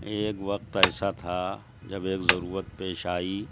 ایک وقت ایسا تھا جب ایک ضرورت پیش آئی